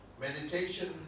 Meditation